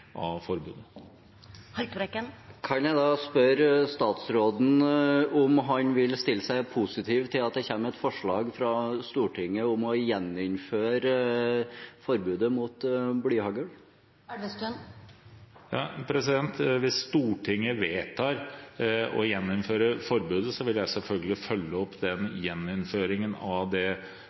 av forbudet. Kan jeg da spørre statsråden om han vil stille seg positivt til at det kommer et forslag fra Stortinget om å gjeninnføre forbudet mot blyhagl? Hvis Stortinget vedtar å gjeninnføre forbudet, vil jeg selvfølgelig følge det opp. Men det